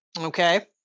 Okay